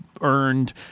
earned